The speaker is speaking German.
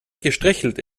gestrichelt